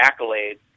accolades